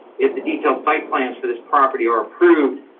if the detailed site plans for this property are approved,